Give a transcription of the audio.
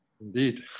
indeed